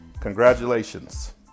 congratulations